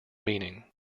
meaning